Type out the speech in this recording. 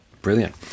Brilliant